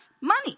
money